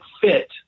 fit